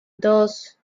dos